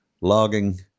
logging